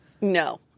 no